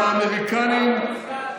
עם האמריקנים על מדיניות,